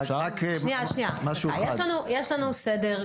יש לנו סדר.